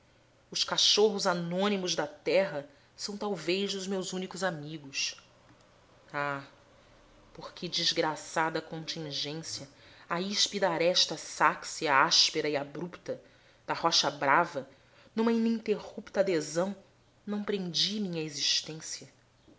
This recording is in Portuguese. os cachorros anônimos da terra são talvez os meus únicos amigos ah por que desgraçada contingência à híspida aresta sáxea áspera e abrupta da rocha brava numa ininterrupta adesão não prendi minha existência